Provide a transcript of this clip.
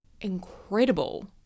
incredible